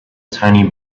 tiny